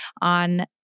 on